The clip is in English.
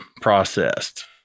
processed